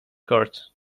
court